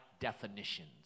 definitions